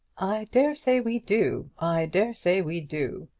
i dare say we do. i dare say we do.